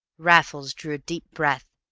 raffles drew a deep breath,